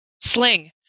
sling